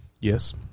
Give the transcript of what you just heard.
yes